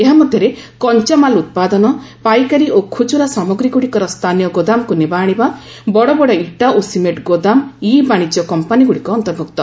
ଏହା ମଧ୍ୟରେ କଞ୍ଚାମାଲ ଉତ୍ପାଦନ ପାଇକାରୀ ଓ ଖୁଚୁରା ସାମଗ୍ରୀଗୁଡ଼ିକର ସ୍ଥାନୀୟ ଗୋଦାମକୁ ନେବା ଆଶିବା ବଡ଼ବଡ଼ ଇଟା ଓ ସିମେଣ୍ଟ ଗୋଦାମ ଇ ବାଣିଜ୍ୟ କମ୍ପାନିଗୁଡ଼ିକ ଅନ୍ତର୍ଭୁକ୍ତ